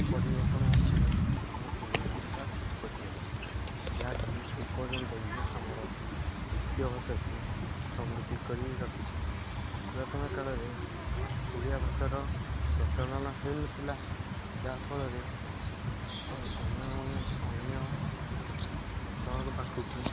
ପରିବର୍ତ୍ତନ ଆସୁ ଆମ ଓଡ଼ିଆ ଭାଷା ଉତ୍ପତ୍ତି ହେଲା ଯାହାକି ଏପର୍ଯ୍ୟନ୍ତ ବି ଆମର ଐତିହ ଭାଷାକୁ ସମୃଦ୍ଧି କରି ରଖିଛି ପୁରାତନ କାଳରେ ଓଡ଼ିଆ ଭାଷାର ପ୍ରଚଳନ ହେଉନଥିଲା ଯାହା ଫଳରେ ଅନ୍ୟ ଅନ୍ୟ ଜଣକ ପାଖକୁ